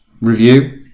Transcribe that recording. review